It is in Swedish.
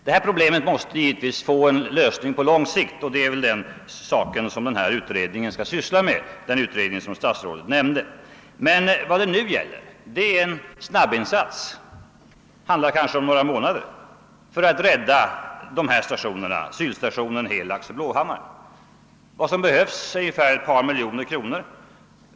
Detta problem måste givetvis få en lösning på lång sikt, och det är väl den saken som den utredning som statsrådet nämnde skall syssla med. Men vad det just nu gäller är en snabbinsats — det handlar kanske om några månader för att rädda dessa stationer, Sylstationen, Helags och Blåhammaren. Vad som behövs är ungefär ett par miljoner kronor.